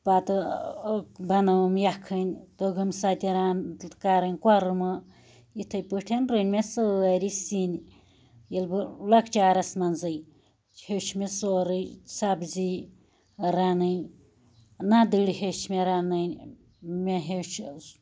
پَتہٕ بَنٲوٕم یَکھنۍ توٚگم سۄ تہِ رَن کَرٕنۍ کوٚرمہ یِتھے پٲٹھۍ رٔنۍ مےٚ سٲرے سِنۍ ییٚلہِ بہٕ لَکچارَس مَنزے ہیوٚچھ مےٚ سورُے سبزی ر نن نَدٕر ہیٚچھ مےٚ رَنن مےٚ ہیٚچھ